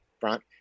front